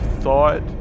thought